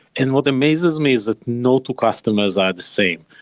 and what amazes me is that no two customers are the same.